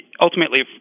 ultimately